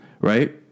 Right